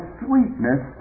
sweetness